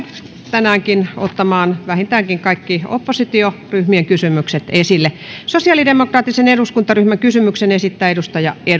tänäänkin ottamaan vähintäänkin kaikki oppositioryhmien kysymykset esille sosialidemokraattisen eduskuntaryhmän kysymyksen esittää edustaja